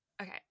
Okay